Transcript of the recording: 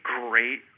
great